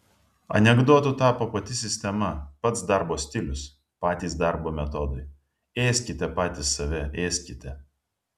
anekdotu tapo pati sistema pats darbo stilius patys darbo metodai ėskite patys save ėskite